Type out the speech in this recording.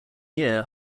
year